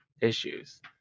issues